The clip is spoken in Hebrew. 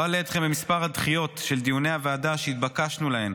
לא אלאה אתכם במספר הדחיות של דיוני הוועדה שהתבקשנו להם